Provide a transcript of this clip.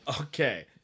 okay